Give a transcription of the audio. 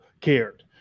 cared